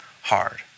hard